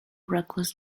reckless